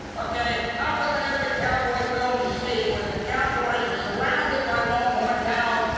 ok, how come in every cowboy film you see, where the cowboys are surrounded by longhorn cows,